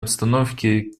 обстановки